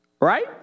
right